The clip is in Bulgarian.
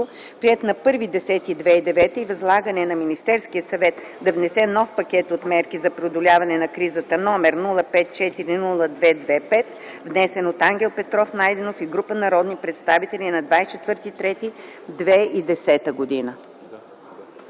приет на 1.10.2009 г. и възлагане на Министерския съвет да внесе нов пакет от мерки за преодоляване на кризата, № 054-02-25, внесен от Ангел Петров Найденов и група народни представители на 24.03.2010 г.”